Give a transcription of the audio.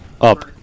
Up